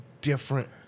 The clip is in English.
different